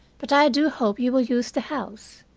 but i do hope you will use the house.